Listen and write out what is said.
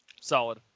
Solid